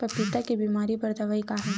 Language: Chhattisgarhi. पपीता के बीमारी बर दवाई का हे?